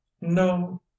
no